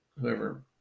whoever